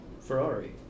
Ferrari